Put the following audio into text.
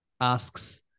asks